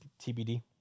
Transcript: TBD